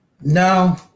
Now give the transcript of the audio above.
no